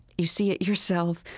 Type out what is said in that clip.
you see it yourself,